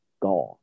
God